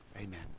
Amen